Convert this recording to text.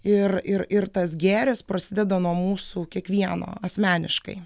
ir ir ir tas gėris prasideda nuo mūsų kiekvieno asmeniškai